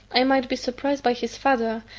i might be surprised by his father,